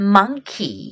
Monkey